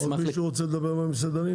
עוד מישהו רוצה לדבר מהמסעדנים?